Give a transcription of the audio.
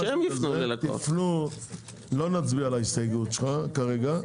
אנחנו לא נצביע על ההסתייגות שלך כרגע,